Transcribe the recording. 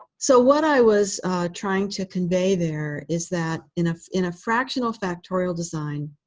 so what i was trying to convey there is that in ah in a fractional factorial design,